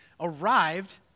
arrived